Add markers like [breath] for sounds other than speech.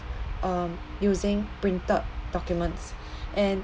um using printed documents [breath] and